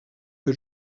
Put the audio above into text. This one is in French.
que